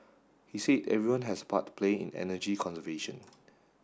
he said everyone has a part to play in energy conservation